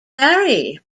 harry